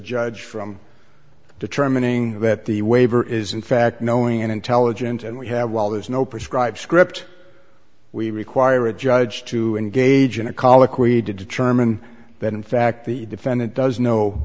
judge from determining that the waiver is in fact knowing and intelligent and we have well there's no prescribed script we require a judge to engage in a colloquy to determine that in fact the defendant does